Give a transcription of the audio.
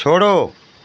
छोड़ो